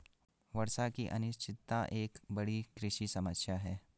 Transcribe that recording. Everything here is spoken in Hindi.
वर्षा की अनिश्चितता एक बड़ी कृषि समस्या है